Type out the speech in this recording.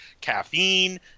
Caffeine